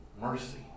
mercy